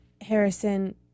Harrison